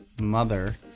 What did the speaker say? mother